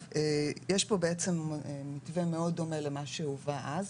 יש פה מתווה מאוד דומה למה שהובא אז,